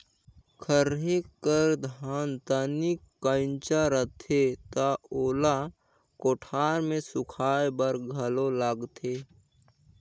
खरही कर धान तनिक कइंचा रथे त ओला कोठार मे सुखाए बर घलो लगथे